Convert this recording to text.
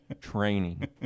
training